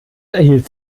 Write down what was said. erhielt